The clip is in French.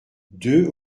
deux